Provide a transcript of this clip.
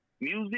music